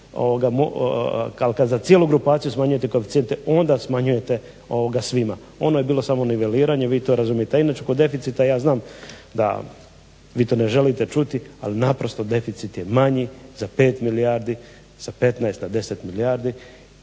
… za cijelu grupaciju smanjujete koeficijente onda smanjujete svima. Ono je bilo samo niveliranje vi to razumijete. A inače oko deficita ja znam da vi to ne želite čuti ali naprosto deficit je manji za 5 milijardi sa 15 na 10 milijardi.